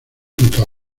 junto